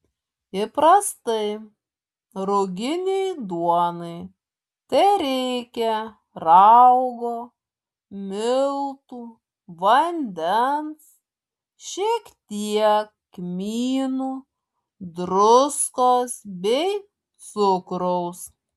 įprastai ruginei duonai tereikia raugo miltų vandens šiek tiek kmynų druskos bei cukraus